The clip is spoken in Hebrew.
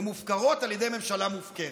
הן מופקרות על ידי ממשלה מופקרת.